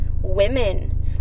women